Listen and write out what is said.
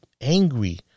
angry